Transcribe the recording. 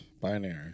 binary